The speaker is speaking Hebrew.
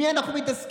עם מי אנחנו מתעסקים?